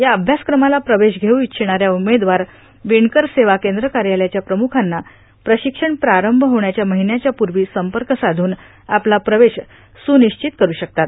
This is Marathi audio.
या अभ्यासक्रमाला प्रवेश घेऊ इच्छिणाऱ्या उमेदवार विणकर सेवा केंद्र कार्यालयाच्या प्रमुखांना प्रशिक्षण प्रारंभ होण्याच्या महिन्याच्या पूर्वी संपर्क साधून आपला प्रवेश सुनिश्चित करू शकतात